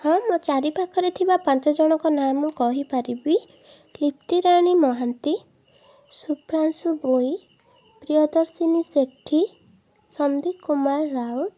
ହଁ ମୋ ଚାରିପାଖରେ ଥିବା ପାଞ୍ଚଜଣଙ୍କ ନାଁ ମୁଁ କହିପାରିବି ପ୍ରିତିରାଣୀ ମହାନ୍ତି ଶୁଭ୍ରାଂଶୁ ଭୋଇ ପ୍ରିୟଦର୍ଶନୀ ସେଠି ସନ୍ଦୀପ କୁମାର ରାଉତ